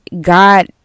God